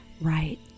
right